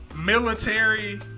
military